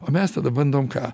o mes tada bandom ką